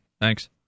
Thanks